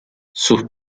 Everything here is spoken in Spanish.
sus